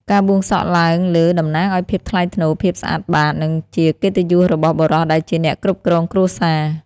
ការបួងសក់ឡើងលើតំណាងឲ្យភាពថ្លៃថ្នូរ ភាពស្អាតបាត និងជាកិត្តិយសរបស់បុរសដែលជាអ្នកគ្រប់គ្រងគ្រួសារ។